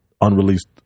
unreleased